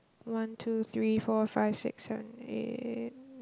one two three four five six seven eight